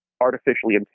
artificially